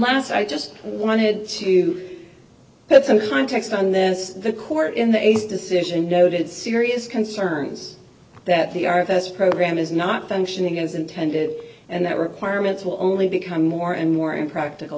last i just wanted to put some context on this the court in the eighty's decision noted serious concerns that the artist program is not functioning as intended and that requirements will only become more and more impractical